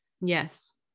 Yes